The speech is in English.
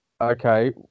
okay